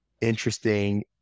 interesting